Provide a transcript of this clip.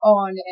on